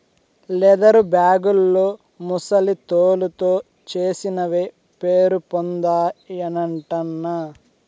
leather బేగుల్లో ముసలి తోలుతో చేసినవే పేరుపొందాయటన్నా